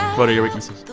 what are your weaknesses?